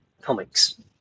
comics